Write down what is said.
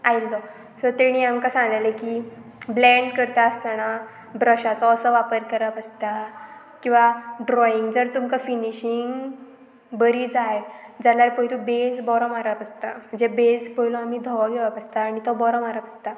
आयल्लो सो तेणी आमकां सांगलेले की ब्लेंड करता आसतना ब्रशाचो असो वापर करप आसता किंवां ड्रॉइंग जर तुमकां फिनिशींग बरी जाय जाल्यार पयलू बेज बरो मारप आसता म्हणजे बेज पयलो आमी धवो घेवप आसता आनी तो बरो मारप आसता